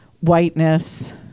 whiteness